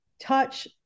touch